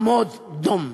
עמוד דום.